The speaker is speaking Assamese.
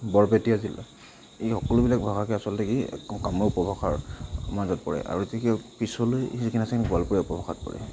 বৰপেটীয়া জিলা এই সকলোবিলাক ভাষাকে অচলতে কি কামৰূপ উপভাষাৰ মাজত পৰে আৰু পিছলৈ যিখিনি আছে সেইখিনি গোৱালপৰীয়া উপভাষাত পৰে